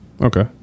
Okay